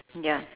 ya